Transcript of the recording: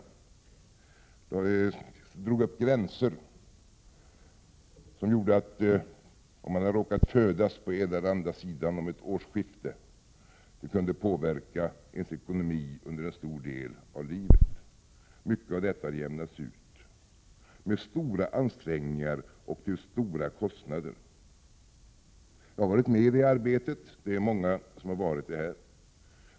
Man drog upp gränser som gjorde att ens ekonomi under stor del av livet kunde påverkas av vilken sida av årsskiftet man hade råkat födas. Mycket av detta har nu jämnats ut, efter stora ansträngningar och till stora kostnader. Jag och många andra här har varit med i det arbetet.